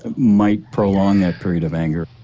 ah might prolong that period of anger